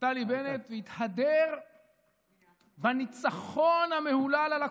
נפתלי בנט והתהדר בניצחון המהולל על הקורונה,